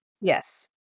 Yes